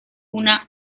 una